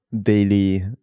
daily